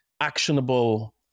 actionable